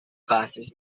classes